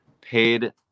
paid